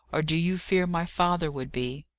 or do you fear my father would be?